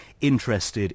interested